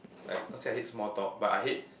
like not say I hate small talk but I hate